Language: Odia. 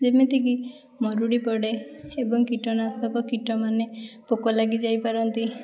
ଯେମିତିକି ମରୁଡ଼ି ପଡ଼େ ଏବଂ କୀଟନାଶକ କୀଟମାନେ ପୋକ ଲାଗି ଯାଇପାରନ୍ତି